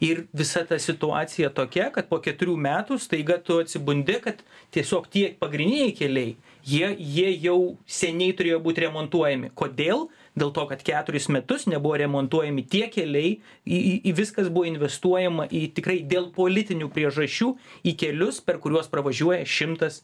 ir visa ta situacija tokia kad po keturių metų staiga tu atsibundi kad tiesiog tie pagrindiniai keliai jie jie jau seniai turėjo būt remontuojami kodėl dėl to kad keturis metus nebuvo remontuojami tie keliai į į į viskas buvo investuojama į tikrai dėl politinių priežasčių į kelius per kuriuos pravažiuoja šimtas